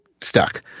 stuck